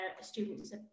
students